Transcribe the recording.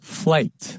flight